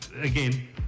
again